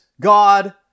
God